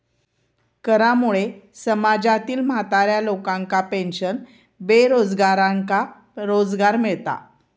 करामुळे समाजातील म्हाताऱ्या लोकांका पेन्शन, बेरोजगारांका रोजगार मिळता